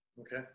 Okay